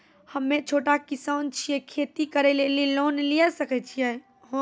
हम्मे छोटा किसान छियै, खेती करे लेली लोन लिये सकय छियै?